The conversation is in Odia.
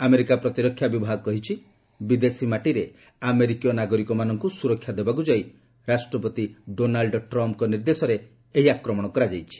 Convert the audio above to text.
ଆମେରିକା ପ୍ରତିରକ୍ଷା ବିଭାଗ କହିଛି ବିଦେଶୀ ମାଟିରେ ଆମେରିକୀୟ ନାଗରିକମାନଙ୍କୁ ସୁରକ୍ଷା ଦେବାକୁ ଯାଇ ରାଷ୍ଟ୍ରପତି ଡୋନାଲ୍ ଟ୍ରମ୍ପଙ୍କ ନିର୍ଦ୍ଦେଶରେ ଏହି ଆକ୍ରମଣ କରିଥିଲେ